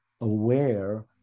aware